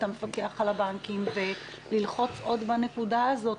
המפקח על הבנקים וללחוץ עוד בנקודה הזאת,